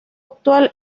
actual